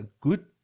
good